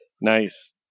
Nice